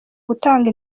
gutanga